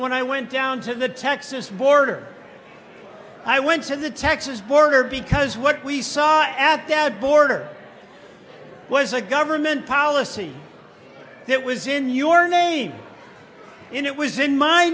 when i went down to the texas border i went to the texas border because what we saw at dow border was a government policy that was in your name and it was in my